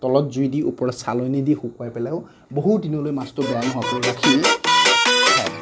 তলত জুই দি ওপৰত চালনী দি শুকোৱাইও বহুত দিনলৈ বেয়া নোহোৱাকৈ ৰাখি খায়